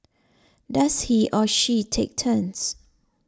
does he or she take turns